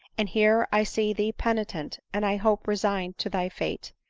and here i see thee penitent, and i hope, resigned to thy fate.